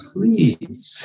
Please